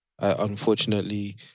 unfortunately